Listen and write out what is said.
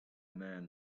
man